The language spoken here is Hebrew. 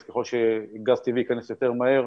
אז ככל שגז טבעי ייכנס יותר מהר